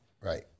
Right